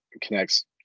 connects